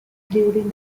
during